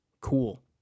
cool